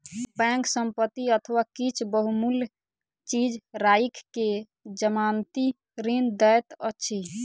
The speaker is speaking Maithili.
बैंक संपत्ति अथवा किछ बहुमूल्य चीज राइख के जमानती ऋण दैत अछि